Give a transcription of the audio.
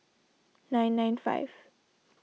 nine nine five